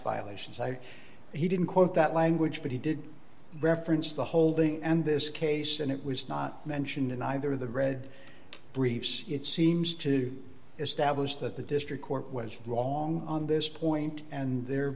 violations i he didn't quote that language but he did reference the holding and this case and it was not mentioned in either of the red briefs it seems to establish that the district court was wrong on this point and the